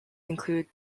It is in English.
include